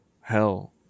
hell